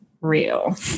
real